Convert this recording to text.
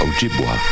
Ojibwa